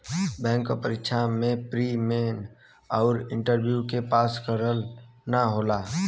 bank क परीक्षा में प्री, मेन आउर इंटरव्यू के पास करना होला